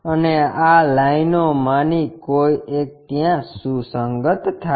અને આ લાઇનો માની કોઈ એક ત્યાં સુસંગત થાય છે